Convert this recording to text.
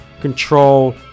control